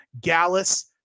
Gallus